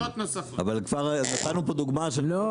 אבל כבר נתנו פה דוגמה --- יש כמה משחטות.